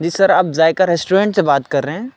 جی sir آپ Zaiqa restaurant سے بات کر رہے ہیں